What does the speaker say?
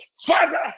father